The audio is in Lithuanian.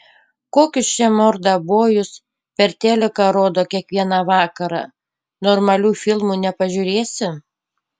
kokius čia mordabojus per teliką rodo kiekvieną vakarą normalių filmų nepažiūrėsi